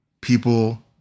People